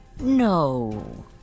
No